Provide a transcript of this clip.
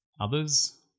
Others